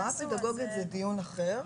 אז --- הוראה פדגוגית זה דיון אחר,